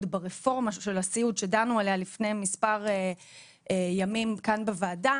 ברפורמה של הסיעוד שדנו עליה לפני מספר ימים כאן בוועדה,